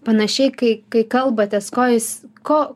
panašiai kai kai kalbatės ko jis ko